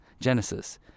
Genesis